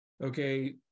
Okay